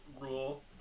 rule